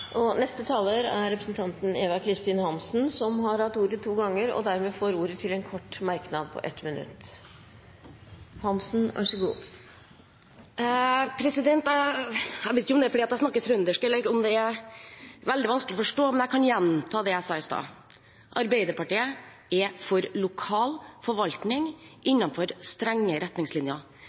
Representanten Eva Kristin Hansen har hatt ordet to ganger tidligere i debatten og får ordet til en kort merknad, begrenset til 1 minutt. Jeg vet ikke om det er fordi jeg snakker trøndersk – om det er veldig vanskelig å forstå – men jeg kan gjenta det jeg sa i stad. Arbeiderpartiet er for lokal forvaltning innenfor strenge retningslinjer.